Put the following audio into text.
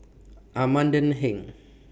Amanda Heng